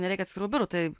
nereikia atskirų biurų tai